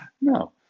No